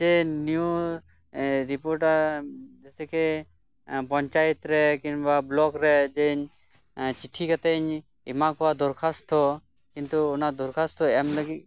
ᱡᱮ new reporter ᱡᱮᱥᱮᱠᱮ ᱯᱚᱧᱪᱟᱟᱭᱮᱛ ᱨᱮ ᱠᱤᱱᱵᱟ ᱵᱚᱞᱚᱠ ᱨᱮ ᱡᱮᱧ ᱪᱤᱴᱷᱤ ᱠᱟᱛᱮ ᱤᱧ ᱮᱢᱟ ᱠᱚᱣᱟ ᱫᱚᱨᱠᱷᱟᱥᱛᱷᱚ ᱠᱤᱱᱛᱩ ᱫᱚᱨᱠᱷᱟᱥᱛᱷᱚ ᱮᱢ ᱞᱟᱹᱜᱤᱫ